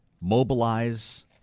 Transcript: mobilize